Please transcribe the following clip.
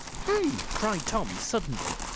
hey! cried tom suddenly.